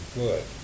good